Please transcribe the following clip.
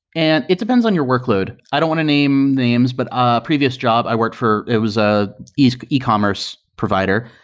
and it depends on your workload. i don't want to name names, but ah previous job i work for, it was ah an e-commerce provider,